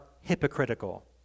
hypocritical